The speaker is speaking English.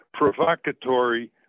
provocatory